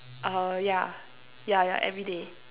uh yeah yeah yeah everyday